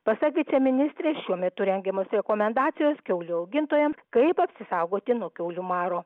pasak viceministrės šiuo metu rengiamos rekomendacijos kiaulių augintojams kaip apsisaugoti nuo kiaulių maro